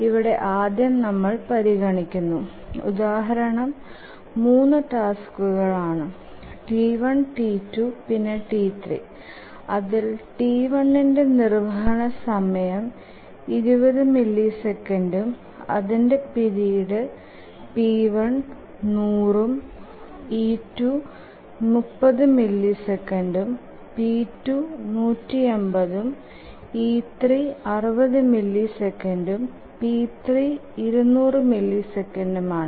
ഇവിടെ ആദ്യം നമ്മൾ പരിഗണിക്കുന്ന ഉദാഹരണം 3 ടാസ്കുകളുടെ ആണ് T1 T2 പിന്നെ T3 അതിൽ T1ന്ടെ നിർവഹണാ സമയം 20മില്ലിസെക്കൻഡും അതിന്ടെ പീരിഡ് p1 100ഉം e2 30 മില്ലിസെക്കൻഡും p2 150ഉം e3 60 മില്ലിസെക്കൻഡും p3 200 മില്ലിസെക്കൻഡും ആണ്